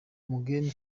mugheni